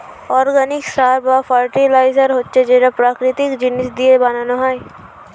organic সার বা fertiliser হচ্ছে যেটা প্রাকৃতিক জিনিস দিয়ে বানানো হয়